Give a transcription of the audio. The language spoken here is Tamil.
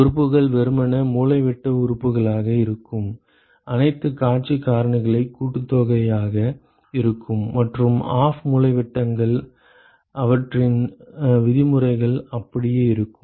உறுப்புகள் வெறுமனே மூலைவிட்ட உறுப்புகளாக இருக்கும் அனைத்து காட்சி காரணிகளின் கூட்டுத்தொகையாக இருக்கும் மற்றும் ஆஃப் மூலைவிட்டங்கள் அவற்றின் விதிமுறைகள் அப்படியே இருக்கும்